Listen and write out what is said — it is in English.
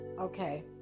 Okay